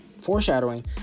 foreshadowing